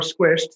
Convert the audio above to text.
squished